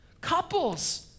Couples